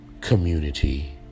community